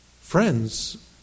Friends